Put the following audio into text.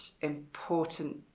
important